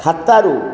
ଖାତାରୁ